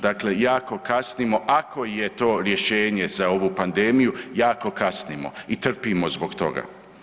Dakle jako kasnimo, ako je to rješenje za ovu pandemiju, jako kasnimo i trpimo zbog toga.